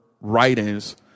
writings